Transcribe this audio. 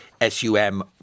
S-U-M